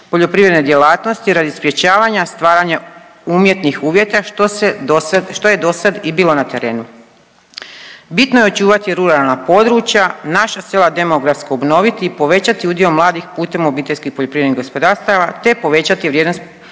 poljoprivredne djelatnosti radi sprječavanja stvaranja umjetnih uvjeta što je do sad i bilo na terenu. Bitno je očuvati ruralna područja, naša sela demografski obnoviti i povećati udio mladih putem obiteljskih poljoprivrednih gospodarstava, te povećati vrijednost